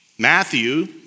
Matthew